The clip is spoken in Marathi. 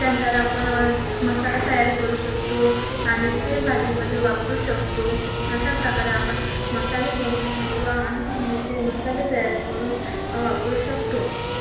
त्यांदर आपण मसाला तयार करू शकतो आणि ते भाजीमध्ये वापरू शकतो अशा प्रकारे आपण मसाले बनवून किंवा अन्नधान्याचे मसाले तयार करून वापरू शकतो